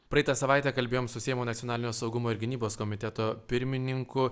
praeitą savaitę kalbėjom su seimo nacionalinio saugumo ir gynybos komiteto pirmininku